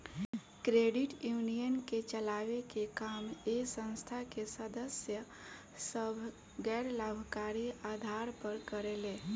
credit union के चलावे के काम ए संस्था के सदस्य सभ गैर लाभकारी आधार पर करेले